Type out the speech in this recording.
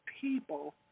people